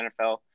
NFL